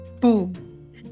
boom